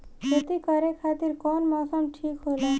खेती करे खातिर कौन मौसम ठीक होला?